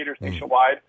nationwide